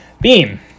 Beam